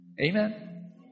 Amen